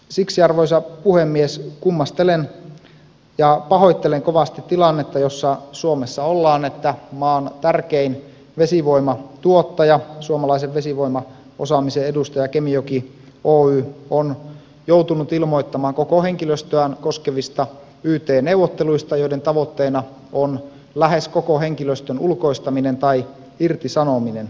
siksi arvoisa puhemies kummastelen ja pahoittelen kovasti tilannetta jossa suomessa ollaan että maan tärkein vesivoimatuottaja suomalaisen vesivoimaosaamisen edustaja kemijoki oy on joutunut ilmoittamaan koko henkilöstöään koskevista yt neuvotteluista joiden tavoitteena on lähes koko henkilöstön ulkoistaminen tai irtisanominen